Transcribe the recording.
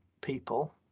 people